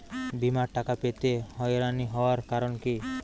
বিমার টাকা পেতে হয়রানি হওয়ার কারণ কি?